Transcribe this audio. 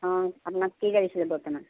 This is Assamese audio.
অঁ আপোনাক কি লাগিছিলে বৰ্তমান